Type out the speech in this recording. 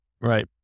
Right